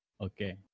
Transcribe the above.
okay